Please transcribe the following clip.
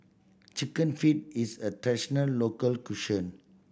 Chicken Feet is a traditional local cuisine